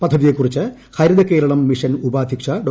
പദ്ധതിയെക്കുറിച്ച് ഹരിത് കേരളം മിഷൻ ഉപാധൃക്ഷ ഡോ